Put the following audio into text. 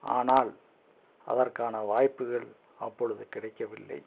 ஆனால் அதற்கான வாய்ப்புகள் அப்பொழுது கிடைக்கவில்லை